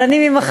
אבל אני ממחר,